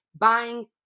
buying